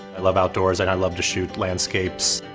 i love outdoors and i love to shoot landscapes.